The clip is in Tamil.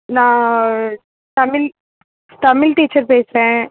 நான் தமிழ் தமிழ் டீச்சர் பேசுகிறேன்